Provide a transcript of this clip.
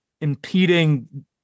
impeding